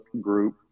group